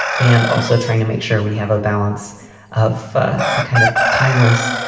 and also trying to make sure we have a balance of ah the kind of timeless,